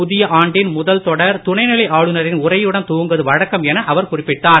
புதிய ஆண்டின் முதல் தொடர் துணைநிலை ஆளுனரின் உரையுடன் துவங்குவது வழக்கம் என அவர் குறிப்பிட்டார்